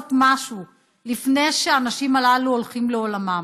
משהו לפני שהאנשים הללו הולכים לעולמם.